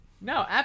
No